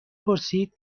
پرسید